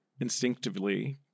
instinctively